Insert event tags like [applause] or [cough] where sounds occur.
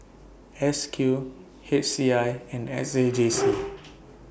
S Q H C I and S A J C [noise]